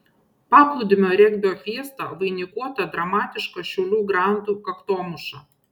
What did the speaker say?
paplūdimio regbio fiesta vainikuota dramatiška šiaulių grandų kaktomuša